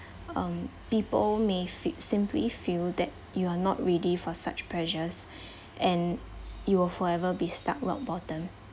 um people may fee~ simply feel that you are not ready for such pressures and you will forever be stuck rock bottom